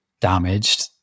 damaged